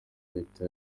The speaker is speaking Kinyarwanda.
leta